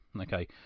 Okay